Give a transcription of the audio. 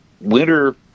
winter